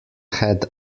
head